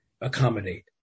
accommodate